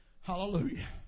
Hallelujah